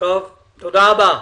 תודה רבה.